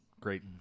Great